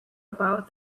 about